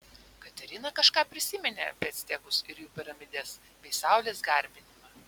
katerina kažką prisiminė apie actekus ir jų piramides bei saulės garbinimą